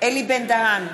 אלי בן-דהן,